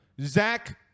Zach